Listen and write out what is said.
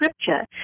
Scripture